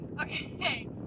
Okay